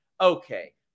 Okay